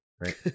right